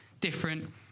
different